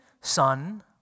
Son